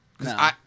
No